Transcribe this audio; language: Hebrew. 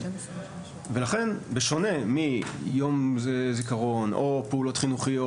ולכן בשונה מיום זיכרון או פעולות חינוכיות